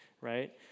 right